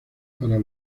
para